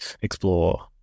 explore